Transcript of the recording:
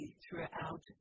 throughout